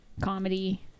comedy